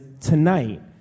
tonight